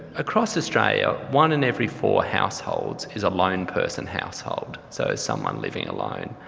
across australia, one in every four households is a lone-person household, so someone living alone.